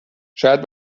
شاید